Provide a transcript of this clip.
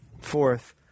fourth